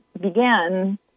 began